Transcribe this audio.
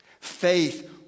Faith